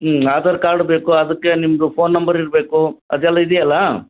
ಹ್ಞೂ ಆಧಾರ್ ಕಾರ್ಡ್ ಬೇಕು ಅದಕ್ಕೆ ನಿಮ್ಮದು ಪೋನ್ ನಂಬರ್ ಇರಬೇಕು ಅದೆಲ್ಲ ಇದೆಯಲ್ಲಾ